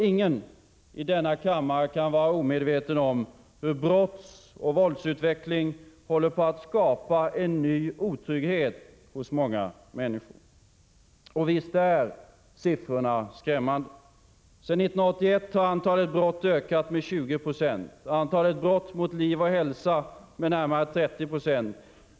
Ingen i denna kammare kan vara omedveten om hur brottsoch våldsutvecklingen håller på att skapa en ny otrygghet hos många människor. Och visst är siffrorna skrämmande. Sedan 1981 har antalet brott ökat med ca 20 2. Antalet brott mot liv och hälsa har ökat med närmare 30 90.